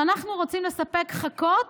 שאנחנו רוצים לספק חכות